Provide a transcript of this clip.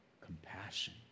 compassion